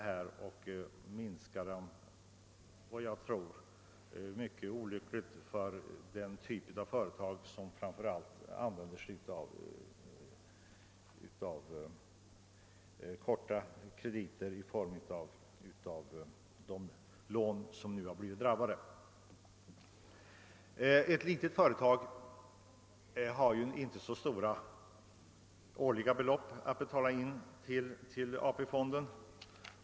Jag tror att det är mycket olyckligt för den typ av företag som framför allt använder sig av lån med korta kredittider av detta slag och som nu blivit drabbade. Ett litet företag har inte så stora årliga belopp att betala in till AP-fonden.